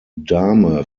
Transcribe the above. dame